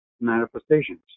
manifestations